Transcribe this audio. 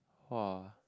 !wah!